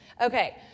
Okay